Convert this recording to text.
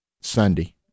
Sunday